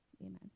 amen